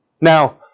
Now